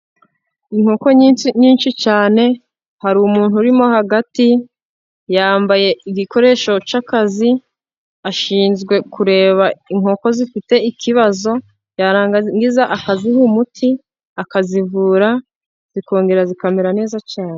Inkoko nyinshi, nyinshi cyane, hari umuntu urimo hagati, yambaye igikoresho cy'akazi, ashinzwe kureba inkoko zifite ikibazo, yarangiza akaziha umuti, akazivura, zikongera zikamera neza cyane.